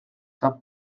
saab